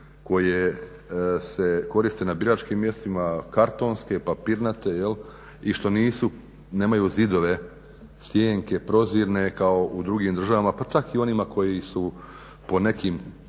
koje se koriste na biračkim mjestima, kartonske, papirnate i što nemaju zidove, stijenke prozirne kao u drugim državama, pa čak i u onima koji su po nekim